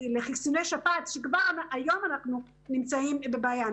לחיסוני שפעת, שכבר היום אנחנו נמצאים בבעיה.